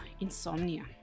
insomnia